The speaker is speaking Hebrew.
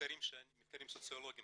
ממחקרים סוציולוגיים